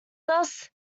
thus